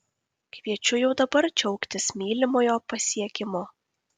kviečiu jau dabar džiaugtis mylimojo pasiekimu